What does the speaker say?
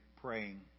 praying